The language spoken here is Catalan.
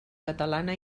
catalana